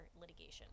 litigation